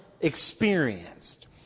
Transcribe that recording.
experienced